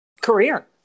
career